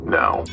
now